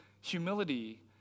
humility